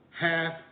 Half